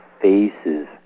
faces